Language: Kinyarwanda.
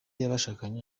y’abashakanye